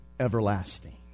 everlasting